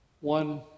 One